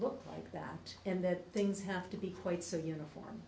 look like that and that things have to be quite so uniform